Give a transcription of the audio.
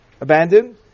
abandoned